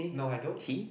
no I don't